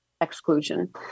exclusion